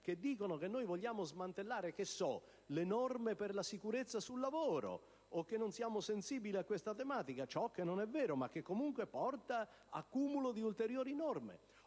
che affermano che noi vogliamo smantellare le norme sulla sicurezza sul lavoro o che non siamo sensibili a questa tematica; il che non è vero, ma comunque richiede accumulo di ulteriori norme.